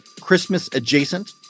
Christmas-adjacent